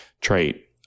trait